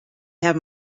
have